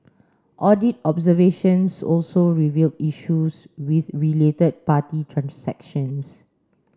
audit observations also revealed issues with related party transactions